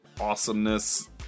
awesomeness